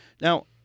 Now